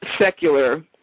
secular